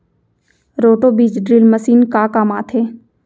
Roto बीज drill machine का काम आथे?